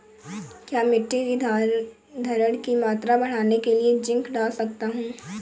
क्या मिट्टी की धरण की मात्रा बढ़ाने के लिए जिंक डाल सकता हूँ?